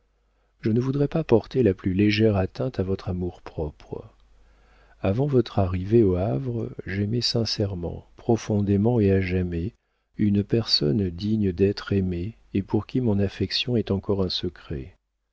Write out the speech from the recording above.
je ne voudrais pas porter la plus légère atteinte à votre amour-propre avant votre arrivée au havre j'aimais sincèrement profondément et à jamais une personne digne d'être aimée et pour qui mon affection est encore un secret